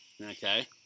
Okay